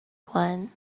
gwen